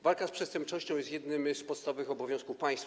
Walka z przestępczością jest jednym z podstawowych obowiązków państwa.